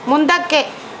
ಮುಂದಕ್ಕೆ